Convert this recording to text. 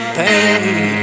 pain